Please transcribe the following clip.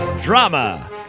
drama